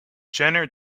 jenner